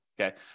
Okay